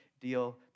deal